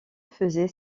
faisait